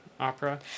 opera